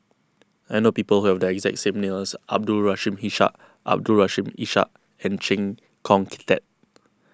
I know people who have the exact same as Abdul Rahim Ishak Abdul Rahim Ishak and Chee Kong Tet